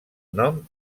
nom